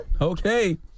Okay